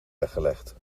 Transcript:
weggelegd